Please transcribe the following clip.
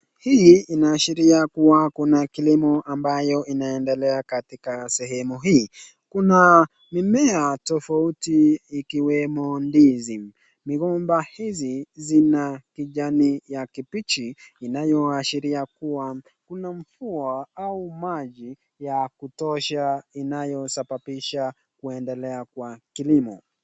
Hii inaashiria kuwa kuna kilimo ambacho kinaendelea katika sehemu hii. Kuna mimea tofauti ikiwemo ndizi. Migomba hii yenye rangi ya kijani kibichi inayoashiria kuwa kuna mvua au maji ya kutosha inayosababisha kuendelea kwa kilimo.